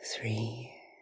Three